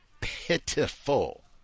pitiful